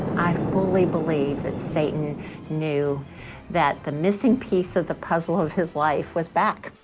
i fully believe that satan knew that the missing piece of the puzzle of his life was back.